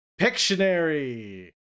Pictionary